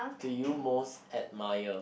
do you most admire